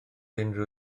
unrhyw